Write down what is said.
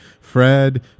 Fred